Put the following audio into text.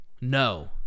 No